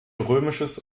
römisches